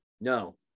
No